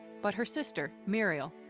but her sister, murial,